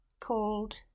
called